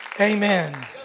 Amen